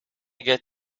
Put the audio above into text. get